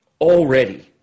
Already